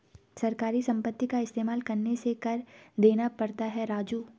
सरकारी संपत्ति का इस्तेमाल करने से कर देना पड़ता है राजू